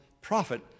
profit